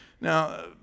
now